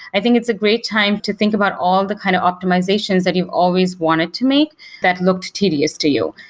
i think it's a great time to think about all the kind of optimizations that you've always wanted to make that looked tedious to you.